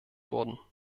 wurden